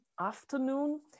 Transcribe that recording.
afternoon